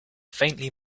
faintly